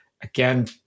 again